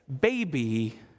baby